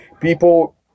People